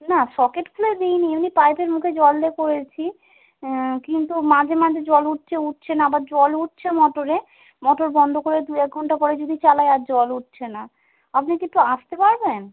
না সকেট খুলে দিই নি এমনিই পাইপের মুখে জল দিয়ে করেছি কিন্তু মাঝে মাঝে জল উঠছে উঠছে না আবার জল উঠছে মোটরে মোটর বন্ধ করে দু এক ঘন্টা পরে যদি চালাই আর জল উঠছে না আপনি কি একটু আসতে পারবেন